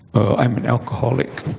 i'm an alcoholic